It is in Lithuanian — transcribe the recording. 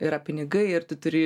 yra pinigai ir tu turi